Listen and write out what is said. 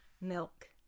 milk